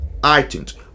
iTunes